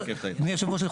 אדוני יושב הראש,